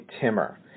Timmer